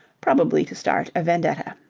probably to start a vendetta.